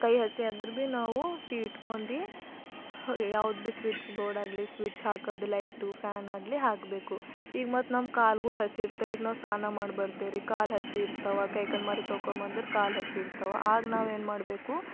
ಕೈ ಹಸಿ ಆದ್ರು ಭಿ ನಾವು ಸಿಟ್ಕೊಂಡು ಯಾವ್ದು ಭೀ ಸ್ವಿಚ್ ಬೋರ್ಡ್ ಆಗಲಿ ಸ್ವಿಚ್ ಹಾಕೋದು ಲೈಟು ಫ್ಯಾನಾಗಲಿ ಹಾಕಬೇಕು ಈಗ ಮತ್ತೆ ನಮ್ಮ ಕಾಲ್ಗಳು ಹಸಿ ಇರ್ತಾವೆ ಈಗ ನಾವು ಸ್ನಾನ ಮಾಡಿ ಬರ್ತೀವ್ರಿ ಕಾಲು ಹಸಿ ಇರ್ತಾವೆ ಕೈ ಕಾಲು ಮಾರಿ ತೊಳ್ಕೊ ಬಂದ್ರೆ ಕಾಲು ಹಸಿ ಇರ್ತಾವೆ ಆಗ ನಾವು ಏನ್ಮಾಡಬೇಕು